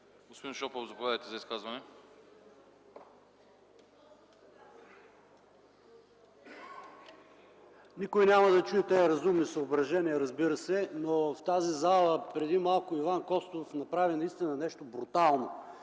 Господин Шопов, заповядайте за изказване. ПАВЕЛ ШОПОВ (Атака): Никой няма да чуе тези разумни съображения, разбира се, но в тази зала преди малко Иван Костов направи наистина нещо брутално